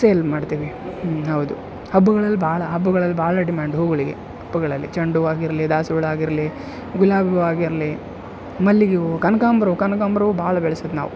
sale ಮಾಡ್ತೀವಿ ಹಾಂ ಹೌದು ಹಬ್ಬಗಳಲ್ಲಿ ಭಾಳ ಹಬ್ಬಗಳಲ್ಲಿ ಭಾಳ ಡಿಮ್ಯಾಂಡ್ ಹೂಗಳಿಗೆ ಹಬ್ಬಗಳಲ್ಲಿ ಚೆಂಡು ಹೂವ ಆಗಿರಲಿ ದಾಸ್ವಾಳ ಆಗಿರಲಿ ಗುಲಾಬಿ ಹೂವ ಆಗಿರಲಿ ಮಲ್ಲಿಗೆ ಹೂ ಕನಕಾಂಬರ ಹೂ ಕನಕಾಂಬರ ಹೂ ಭಾಳ ಬೆಳಿಸಿದ ನಾವು